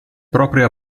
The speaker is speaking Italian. propria